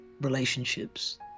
relationships